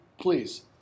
please